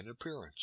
appearance